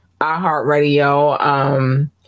iHeartRadio